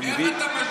איך אתה משווה?